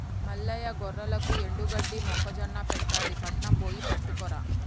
మల్లయ్య గొర్రెలకు ఎండుగడ్డి మొక్కజొన్న పెట్టాలి పట్నం బొయ్యి పట్టుకురా